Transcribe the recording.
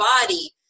body